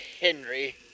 Henry